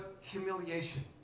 humiliation